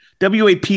WAP